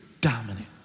dominant